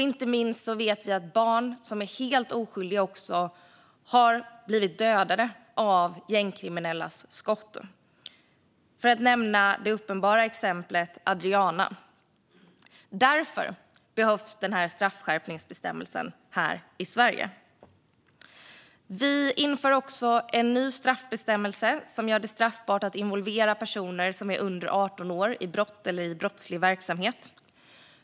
Inte minst vet vi att barn som är helt oskyldiga har blivit dödade av gängkriminellas skott. För att nämna det uppenbara exemplet: Adriana. Därför behövs den här straffskärpningsbestämmelsen här i Sverige. Vi inför också en ny straffbestämmelse som gör det straffbart att involvera personer som är under 18 år i brott eller brottslig verksamhet.